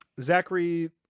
Zachary